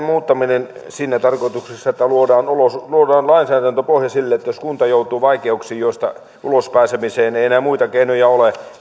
muuttamiseksi siinä tarkoituksessa että luodaan lainsäädäntöpohja sille että kunta joutuu vaikeuksiin joista ulospääsemiseen ei enää muita keinoja ole